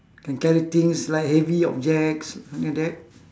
can carry things like heavy objects something like that